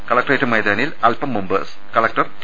കല ക്ടറേറ്റ് മൈതാനിയിൽ അൽപം മുമ്പ് കലക്ടർ ടി